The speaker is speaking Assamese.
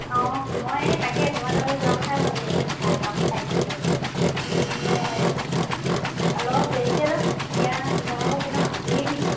অঁ মই এই তাকে তোমাৰ তালৈ যোৱা কথাই ভাবি আছোঁ চাহ একাপ খাই আহিমগৈ বুলি মই এই হেৰি অলপ দেৰিকৈ যাম এতিয়া গ্ৰাহকৰ কেনেকুৱা ভিৰ নেকি